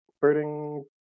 birding